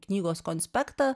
knygos konspektą